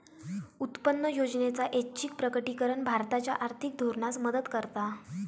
उत्पन्न योजनेचा ऐच्छिक प्रकटीकरण भारताच्या आर्थिक धोरणास मदत करता